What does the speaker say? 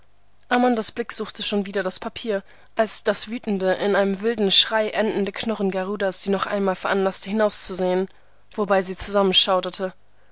amandas blick suchte schon wieder das papier als das wütende in einem wilden schrei endende knurren garudas sie noch einmal veranlaßte hinauszusehen wobei sie